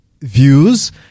views